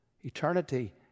Eternity